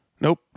Nope